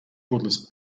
cordless